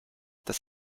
das